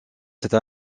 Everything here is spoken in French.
cette